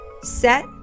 set